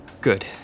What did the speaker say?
Good